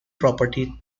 property